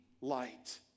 light